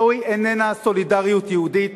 זו איננה סולידריות יהודית,